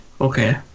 Okay